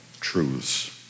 Truths